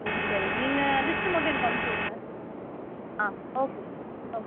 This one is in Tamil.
சரி சரி நீங்கள் லிஸ்ட்டு மட்டும் எனக்கு அனுப்ச்சு விடுங்க ஆ ஓகேங்க ஓகே